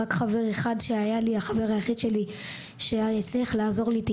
היה לי רק חבר אחד שהצליח קצת לעזור לי.